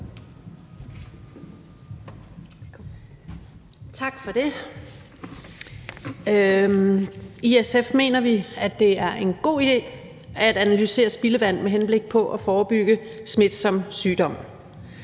Tak for det. I SF mener vi, at det er en god idé at analysere spildevand med henblik på at forebygge smitsom sygdom.